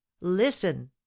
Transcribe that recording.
listen